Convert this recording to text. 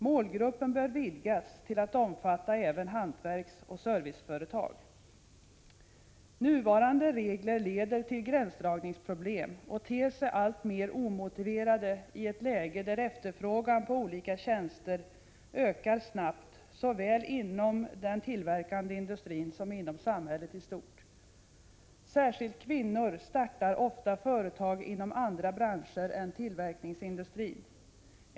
Målgruppen bör vidgas till att omfatta även hantverksoch serviceföretag. Nuvarande regler leder till gränsdragningsproblem, och de ter sig alltmer omotiverade i ett läge där efterfrågan på olika tjänster ökar snabbt, såväl inom den tillverkande industrin som inom samhället i stort. Särskilt kvinnor startar ofta företag inom andra branscher än tillverkningsindustrin.